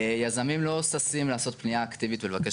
יזמים לא ששים לעשות פנייה אקטיבית ולבקש